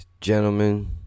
Gentlemen